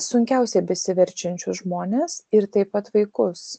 sunkiausiai besiverčiančius žmones ir taip pat vaikus